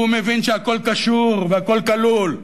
והוא מבין שהכול קשור, והכול כלול,